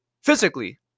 physically